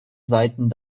seiten